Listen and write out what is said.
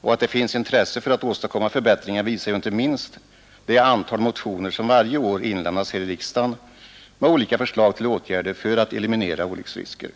och att det finns intresse för att åstadkomma förbättringar visar ju inte minst det antal motioner som varje år inlämnas här i riksdagen med förslag till olika åtgärder för att eliminera olycksrisker.